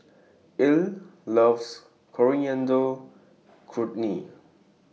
Ilah loves Coriander Chutney